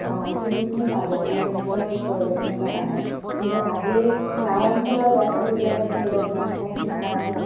বা নাচিনো কি পাব বা কেনেকুৱা কি কৰিব তেনেকুৱা এটা আহে কিন্তু আজি গাঁও অঞ্চলৰ ল'ৰা ছোৱালীবিলাকক ধৰি লওক তেনেকৈ মই শিকাই